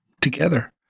together